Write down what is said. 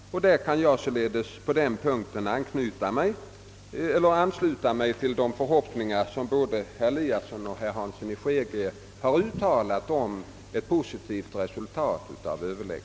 På denna punkt kan jag således instämma i de förhoppningar som både herr Eliasson och herr Hansson i Skegrie uttalat.